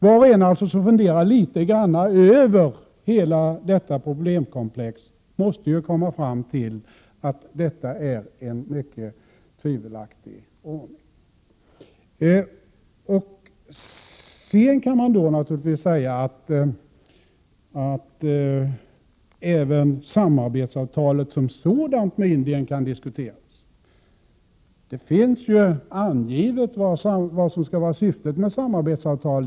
Var och en som funderar litet grand över hela detta problemkomplex måste komma fram till att detta är en mycket tvivelaktig ordning. Sedan kan man naturligtvis säga att även samarbetsavtalet som sådant med Indien kan diskuteras. Det finns ju angivet vad som skall vara syftet med ett samarbetsavtal.